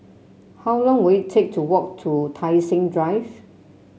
how long will it take to walk to Tai Seng Drive